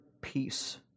peace